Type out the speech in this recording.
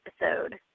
episode